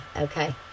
okay